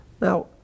Now